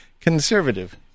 conservative